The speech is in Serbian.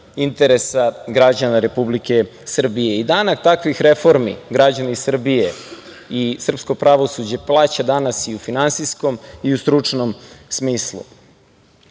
interesa građana Republike Srbije. Danak takvih reformi, građani Srbije i srpsko pravosuđe plaća danas i u finansijskom i u stručnom smislu. Mislim